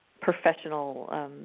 professional